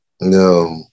No